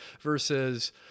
versus